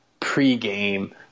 pregame